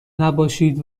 نباشید